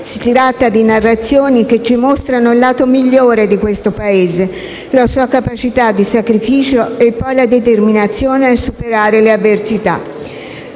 tratta di narrazioni che ci mostrano il lato migliore di questo Paese, la sua capacità di sacrificio e poi la determinazione a superare le avversità.